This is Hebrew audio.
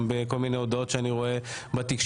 גם בכל מיני הודעות שאני רואה בתקשורת,